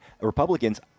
Republicans